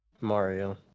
Mario